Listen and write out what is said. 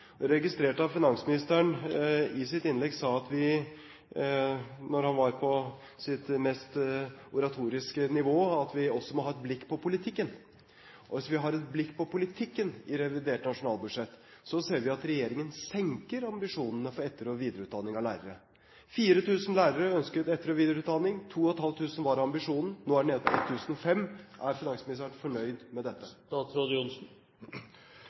finansministeren i sitt innlegg sa, da han var på sitt mest oratoriske nivå, at vi også må ha et blikk på politikken. Hvis vi har et blikk på politikken i revidert nasjonalbudsjett, ser vi at regjeringen senker ambisjonene for etter- og videreutdanning av lærere. 4 000 lærere ønsket etter- og videreutdanning, 2 500 var ambisjonen. Nå er det nede på 1 500. Er finansministeren fornøyd med dette?